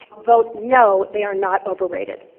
vote, no, they are not overrated.